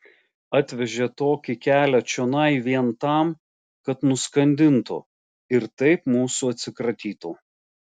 atvežė tokį kelią čionai vien tam kad nuskandintų ir taip mūsų atsikratytų